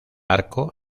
arco